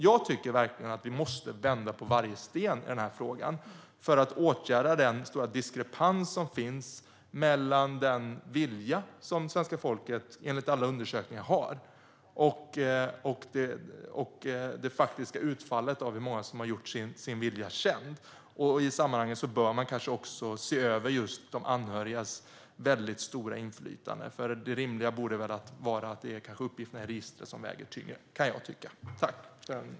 Jag tycker verkligen att vi måste vända på varje sten i denna fråga för att åtgärda den stora diskrepans som finns mellan den vilja som svenska folket enligt alla undersökningar har och det faktiska utfallet av hur många som har gjort sin vilja känd. I sammanhanget bör man kanske också se över just de anhörigas mycket stora inflytande. Det rimliga borde väl vara att det är uppgifterna i registret som väger tyngre. Det kan jag tycka.